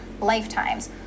lifetimes